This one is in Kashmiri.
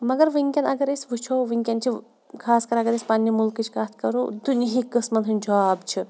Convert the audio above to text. مگر وٕنۍکٮ۪ن اگر أسۍ وٕچھو وٕنۍکٮ۪ن چھِ خاص کَر اگر أسۍ پنٛنہِ مُلکٕچ کَتھ کَرو دُنہیٖکۍ قٕسمَن ہٕنٛدۍ جاب چھِ